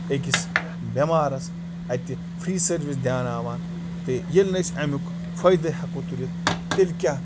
أکِس بٮ۪مارَس اَتہِ فِرٛی سٔروِس دیٛاناوان تہِ ییٚلہِ نہٕ أسۍ امیُک فٲیدٕ ہٮ۪کو تُلِتھ تیٚلہِ کیٛاہ